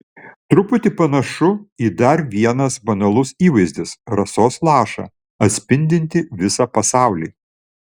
truputį panašu į dar vienas banalus įvaizdis rasos lašą atspindintį visą pasaulį